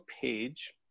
page